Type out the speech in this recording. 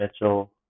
Mitchell